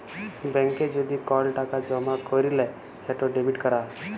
ব্যাংকে যদি কল টাকা জমা ক্যইরলে সেট ডেবিট ক্যরা